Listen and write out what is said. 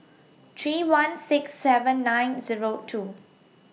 three one six seven nine Zero two